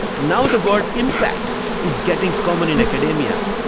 now the world impact is getting common in academia.